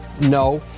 No